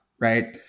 right